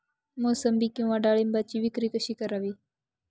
मोसंबी किंवा डाळिंबाची विक्री कशी करावी?